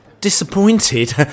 disappointed